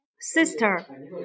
Sister